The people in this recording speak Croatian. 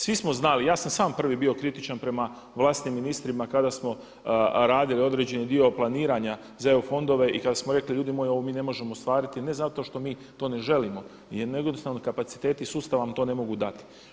Svi smo znali, ja sam sam prvi bio kritičan prema vlastitim ministrima kada smo radili određeni dio planiranja za EU fondove i kada smo rekli ljudi moji ovo mi ne možemo ostvariti ne zato što mi to ne želimo nego jednostavno kapaciteti i sustav vam to ne mogu dati.